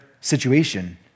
situation